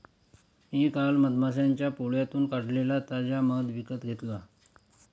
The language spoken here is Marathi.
मी काल मधमाश्यांच्या पोळ्यातून काढलेला ताजा मध विकत घेतला